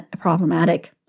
problematic